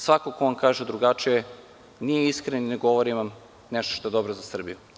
Svako ko vam kaže drugačije nije iskren i ne govori vam nešto što je dobro za Srbiju.